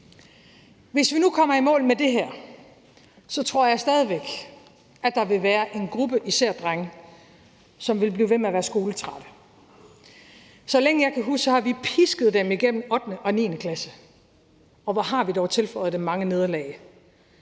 Hvis vi nu kommer i mål med det her, tror jeg stadig væk, der vil være en gruppe, især drenge, som vil blive ved med at være skoletrætte. Så længe jeg kan huske, har vi pisket dem igennem 8. og 9. klasse, og hvor har vi dog tilføjet dem mange nederlag.